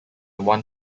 one